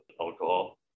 alcohol